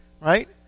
Right